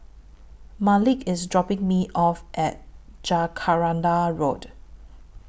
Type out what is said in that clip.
Malik IS dropping Me off At Jacaranda Road